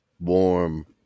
warm